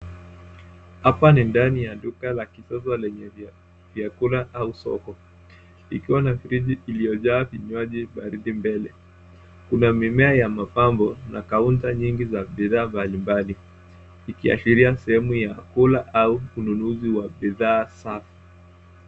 Hapa ni ndani ya duka la kisasa lenye vyakula au soko ikiwa na friji iliojaa vinywaji baridi mbele kuna mimea ya mapambo na kaunta nyingi za bidhaa mbali mbali, ikiashiria sehemu ya kula au ununuzi wa bidhaa safi.